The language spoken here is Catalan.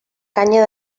canya